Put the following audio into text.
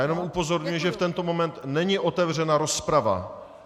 Jenom upozorňuji, že v tento moment není otevřena rozprava.